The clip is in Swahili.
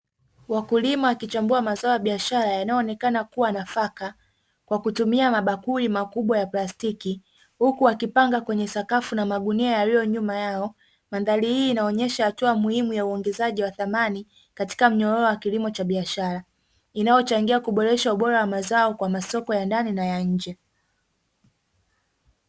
Wakulima wakichambua mazao ya biashara yanayoonekana kuwa nafaka, kwa kutumia mabakuli makubwa ya plastiki huku wakipanga kwenye sakafu na magunia yaliyo nyuma yao. Mandhari hii inaonyesha hatua muhimu ya uongezaji wa thamani katika mnyororo wa kilimo cha biashara, inayochangia kuboresha ubora wa mazao kwa masoko ya ndani na ya nje.